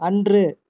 அன்று